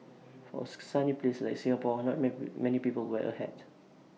for ask sunny place like Singapore not man many people wear A hat